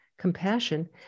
compassion